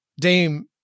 Dame